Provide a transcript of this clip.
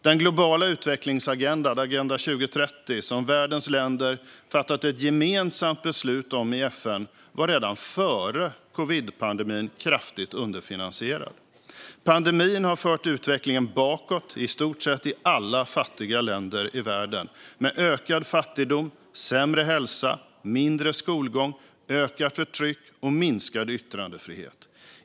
Den globala utvecklingsagendan Agenda 2030, som världens länder fattat ett gemensamt beslut om i FN, var redan före covidpandemin kraftigt underfinansierad. Pandemin har fört utvecklingen bakåt i stort sett i alla fattiga länder i världen, med ökad fattigdom, sämre hälsa, mindre skolgång, ökat förtryck och minskad yttrandefrihet.